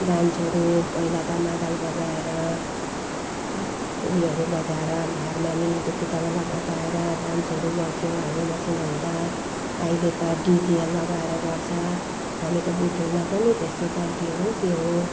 डान्सहरू पहिला त मादल बजाएर उयोहरू बजाएर हारमोनी दुकी तबेला बजाएर डान्सहरू गर्थ्यौँ हामी मसिनो हुँदा अहिले त डिजे लगाएर गर्छ हामी त बुझ्दैनौँ पनि त्यस्तो त के हो के हो